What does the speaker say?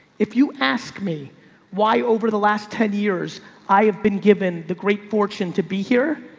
if you ask me why over the last ten years i have been given the great fortune to be here.